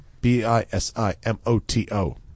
B-I-S-I-M-O-T-O